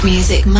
Music